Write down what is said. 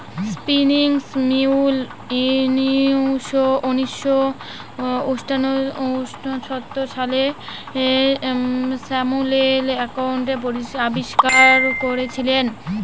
spinning mule উনিশশো ঊনসত্তর সালে স্যামুয়েল ক্রম্পটন আবিষ্কার করেছিলেন